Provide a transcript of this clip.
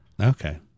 Okay